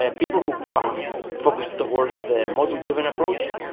ah people who focus towards the model-driven approach,